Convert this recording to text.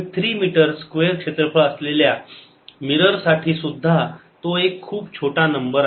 3 metre square क्षेत्रफळ असलेल्या mirror साठी सुद्धा तो एक खूप छोटा नंबर आहे